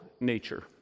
nature